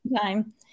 time